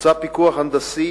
בוצע פיקוח הנדסי